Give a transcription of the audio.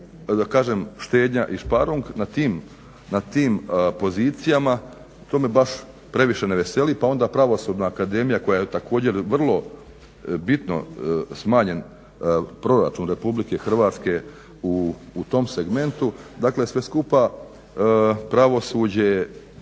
tu kažem štednja i šparung na tim pozicija. To me baš previše ne veseli, pa onda Pravosudna akademija koja je također vrlo bitno smanjen proračun RH u tom segmentu. Dakle, sve skupa pravosuđe